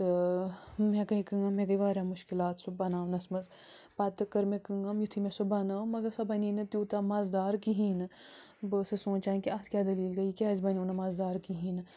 تہٕ مےٚ گٔے کٲم مےٚ گٔے وارِیاہ مُشکِلات سُہ بَناونس منٛز پتہٕ کٔر مےٚ کٲم یُتھٕے مےٚ سُہ بَنٲو مگر سۄ بَنے نہٕ تیوٗتاہ مَزٕ دار کِہیٖنۍ نہٕ بہٕ ٲسٕس سونٛچان کہِ اَتھ کیٛاہ دَلیل گٔے یہِ کیٛازِ بنیٚو نہٕ مَزٕ دار کِہیٖنۍ نہٕ